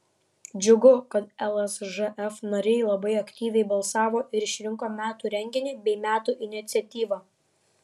džiugu kad lsžf nariai labai aktyviai balsavo ir išrinko metų renginį bei metų iniciatyvą